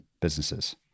businesses